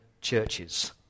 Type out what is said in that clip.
churches